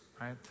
right